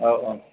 औ औ